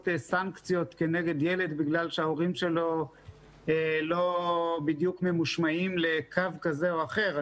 סנקציות כנגד ילד בגלל שההורים שלו לא בדיוק ממושמעים לקו כזה או אחר.